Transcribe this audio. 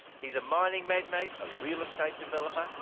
he's a mining magnate, a real estate developer,